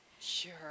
sure